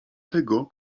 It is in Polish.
tego